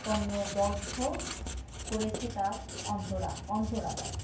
পন্ন দগ্ধ করেছে তার অন্তরা অন্তরালয়